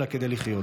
אלא כדי לחיות.